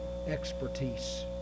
expertise